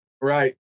Right